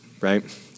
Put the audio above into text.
right